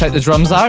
the drums ah